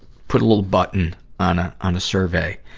put a little button on a, on a survey.